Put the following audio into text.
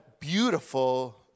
beautiful